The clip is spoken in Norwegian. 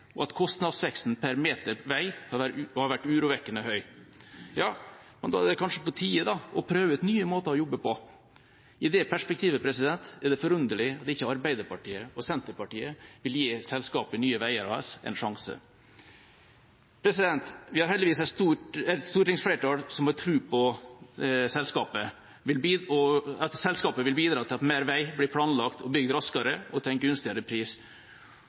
og at kostnadsveksten per meter vei har vært urovekkende høy. Da er det kanskje på tide å prøve ut nye måter å jobbe på. I det perspektivet er det forunderlig at ikke Arbeiderpartiet og Senterpartiet vil gi selskapet Nye Veier AS en sjanse. Vi har heldigvis et stortingsflertall som har tro på at selskapet vil bidra til at mer vei blir planlagt og bygd raskere og til en gunstigere pris.